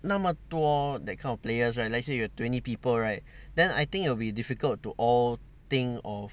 那么多 that kind of players right let's say you have twenty people right then I think it'll be difficult to all think of